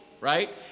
right